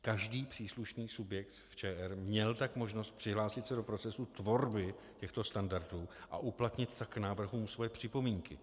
Každý příslušný subjekt v ČR měl tak možnost přihlásit se do procesu tvorby těchto standardů a uplatnit tak k návrhům svoje připomínky.